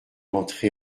entré